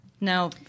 Now